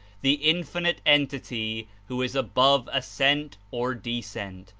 the infinite entity who is above ascent or descent,